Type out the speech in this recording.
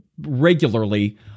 regularly